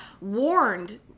warned